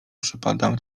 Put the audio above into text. przepadam